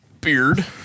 beard